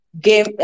Game